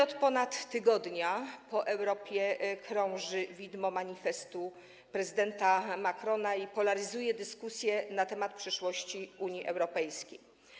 Od ponad tygodnia po Europie krąży widmo manifestu prezydenta Macrona, który polaryzuje dyskusję na temat przyszłości Unii Europejskiej.